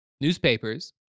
Newspapers